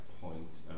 points